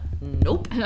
Nope